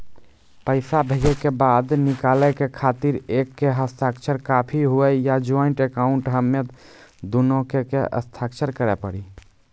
पैसा भेजै के बाद निकाले के खातिर एक के हस्ताक्षर काफी हुई या ज्वाइंट अकाउंट हम्मे दुनो के के हस्ताक्षर करे पड़ी?